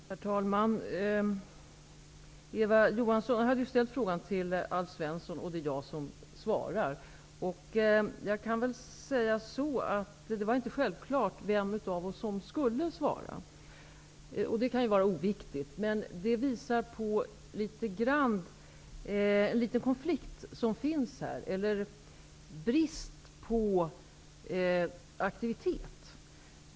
Herr talman! Eva Johansson hade ställt frågan till Alf Svensson, men det är jag som svarar. Det var inte självklart vem av oss som skulle svara. Det kan vara oviktigt men det visar på en viss konflikt som finns här eller en brist på aktivitet.